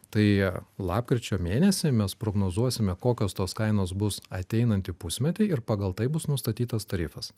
tai lapkričio mėnesį mes prognozuosime kokios tos kainos bus ateinantį pusmetį ir pagal tai bus nustatytas tarifas